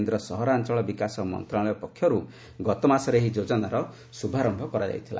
କେନ୍ଦ୍ର ସହରାଞ୍ଚଳ ବିକାଶ ମନ୍ତ୍ରଣାଳୟ ପକ୍ଷରୁ ଗତମାସରେ ଏହି ଯୋଜନାର ଶ୍ରଭାରମ୍ଭ କରାଯାଇଥିଲା